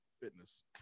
fitness